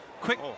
quick